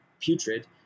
putrid